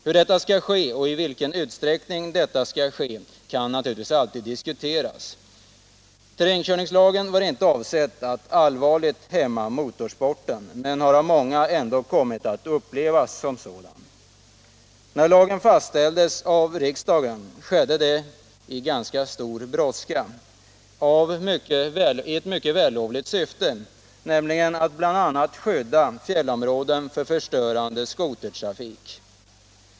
Hur och i vilken utsträckning detta skall ske kan naturligtvis alltid diskuteras. Terrängkörningslagen var inte avsedd att allvarligt hämma motorsporten men har av många ändå kommit att upplevas så. När lagen fastställdes av riksdagen skedde det under ganska stor brådska i ett mycket vällovligt syfte, nämligen att bl.a. skydda fjällområden från förstörande skotertrafik.